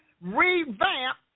revamp